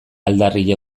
aldarria